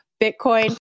Bitcoin